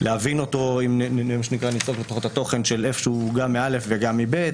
להבין אותו, אם נכתוב את התוכן של (א) ו-(ב),